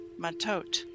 matot